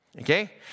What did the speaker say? Okay